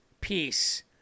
peace